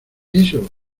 eso